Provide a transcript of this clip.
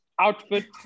outfit